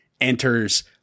enters